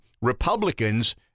Republicans